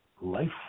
life